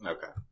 Okay